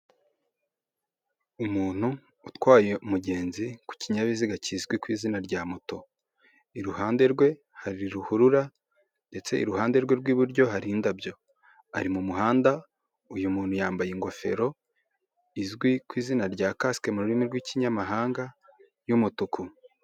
Umuntu utwaye umugenzi ku kinyabiziga kizwi ku izina rya moto. Iruhande rwe hari ruhurura, ndetse iruhande rwe rw'iburyo hari indabyo. Ari mu muhanda, uyu muntu yambaye ingofero, izwi ku izina rya kasike mu rurimi rw'ikinyamahanga, y'umutuku.